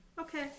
Okay